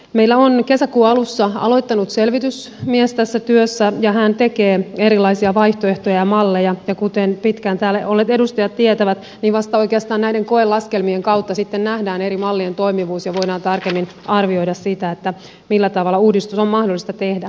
meillä on kesäkuun alussa aloittanut selvitysmies tässä työssä ja hän tekee erilaisia vaihtoehtoja ja malleja ja kuten pitkään täällä olleet edustajat tietävät niin vasta oikeastaan näiden koelaskelmien kautta sitten nähdään eri mallien toimivuus ja voidaan tarkemmin arvioida sitä millä tavalla uudistus on mahdollista tehdä